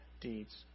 deeds